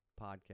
podcast